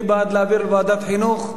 מי בעד להעביר לוועדת חינוך?